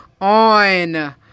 on